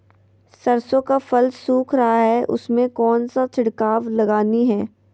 सरसो का फल सुख रहा है उसमें कौन सा छिड़काव लगानी है?